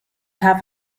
have